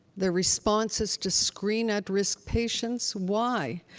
the response is to screen at-risk patients. why?